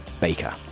baker